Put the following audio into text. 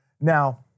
Now